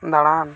ᱫᱟᱬᱟᱱ